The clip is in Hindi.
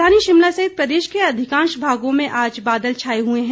राजधानी शिमला सहित प्रदेश के अधिकांश भागों में आज बादल छाए हुए है